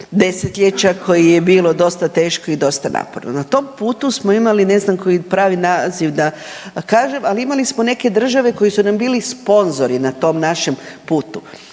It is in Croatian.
desetljeća koje je bilo dosta teško i dosta naporno, na tom putu smo imali ne znam koji pravi naziva da kažem, ali imali smo neke države koje su nam bili sponzori na tom našem putu.